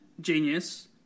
Genius